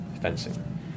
fencing